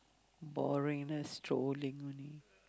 boring just strolling only